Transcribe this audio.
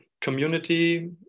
community